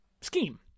scheme